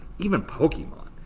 even pokemon!